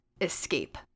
Escape